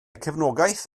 cefnogaeth